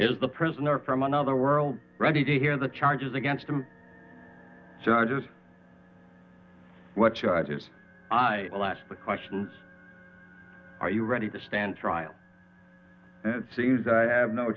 is the prisoner from another world ready to hear the charges against him so just what charges i will ask the questions are you ready to stand trial it seems i have no